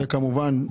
וכמובן,